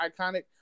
iconic